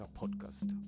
podcast